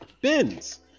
bins